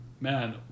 Man